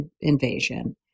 invasion